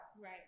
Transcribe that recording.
Right